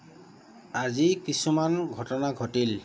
আজি কিছুমান ঘটনা ঘটিল